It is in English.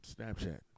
Snapchat